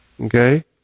Okay